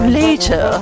later